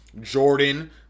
Jordan